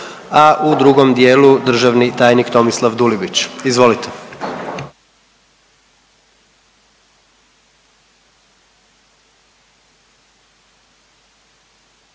a u drugom dijelu državni tajnik Tomislav Dulibić. Izvolite.